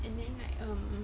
and then like um